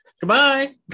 goodbye